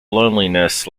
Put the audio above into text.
loneliness